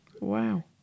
Wow